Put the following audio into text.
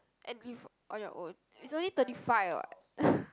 and if on your own is only thirty five what